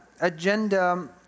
agenda